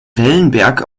wellenberg